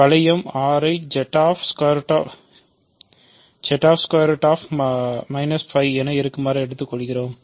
வளையம் R ஐ Z✓ 5 என இருக்குமாறு எடுத்துக்கொண்டோம்